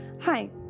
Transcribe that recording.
Hi